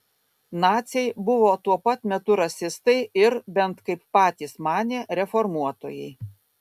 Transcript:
naciai buvo tuo pat metu rasistai ir bent kaip patys manė reformuotojai